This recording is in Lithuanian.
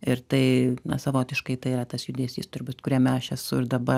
ir tai na savotiškai tai yra tas judesys turbūt kuriame aš esu ir dabar